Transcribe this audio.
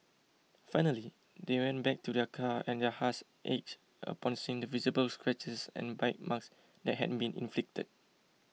finally they went back to their car and their hearts ached upon seeing the visible scratches and bite marks that had been inflicted